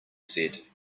said